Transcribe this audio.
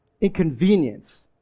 inconvenience